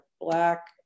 black